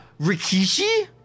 Rikishi